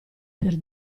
per